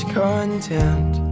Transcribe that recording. content